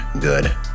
good